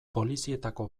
polizietako